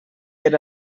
era